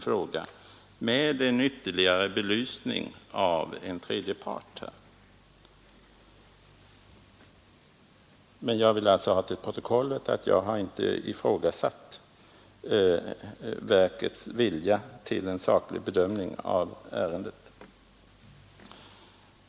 Det är bl.a. en sådan belysning som jag har velat medverka till med min fråga. Jag vill alltså ha noterat i protokollet att jag inte har ifrågasatt verkets vilja till en saklig bedömning av ärendet.